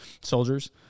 soldiers